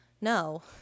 no